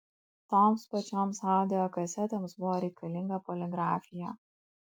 toms pačioms audio kasetėms buvo reikalinga poligrafija